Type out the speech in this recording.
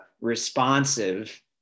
responsive